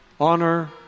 honor